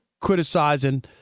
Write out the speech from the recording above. criticizing